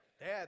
Dad